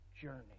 journey